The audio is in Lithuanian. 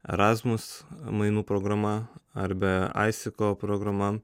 erazmus mainų programa ar be aisiko programa